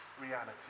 reality